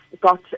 got